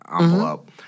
envelope